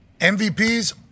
MVPs